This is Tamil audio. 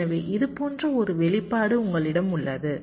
எனவே இது போன்ற ஒரு வெளிப்பாடு உங்களிடம் உள்ளது